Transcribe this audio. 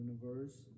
universe